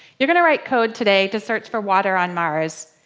you're gonna write code today to search for water on mars.